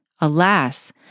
Alas